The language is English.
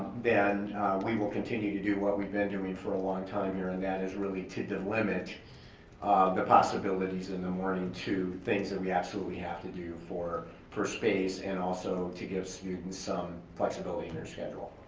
then we will continue to do what we've been doing for a long time here and that is really to delimit the possibilities in the morning to things and we absolutely have to do for for space and also to give students some flexibility in their schedule.